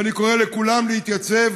אני קורא לכולם להתייצב,